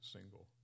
single